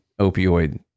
opioid